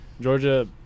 Georgia